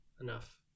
enough